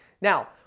Now